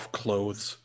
clothes